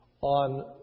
on